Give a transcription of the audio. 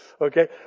Okay